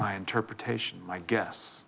my interpretation i guess